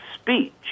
speech